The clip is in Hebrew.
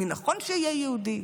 מי נכון שיהיה יהודי.